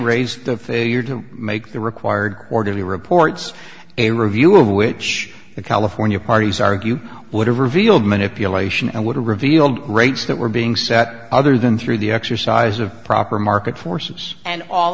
raised the failure to make the required quarterly reports a review of which the california parties argue would have revealed manipulation and would have revealed rates that were being set other than through the exercise of proper market forces and all